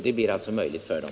Det blir alltså möjligt för dem.